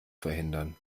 verhindern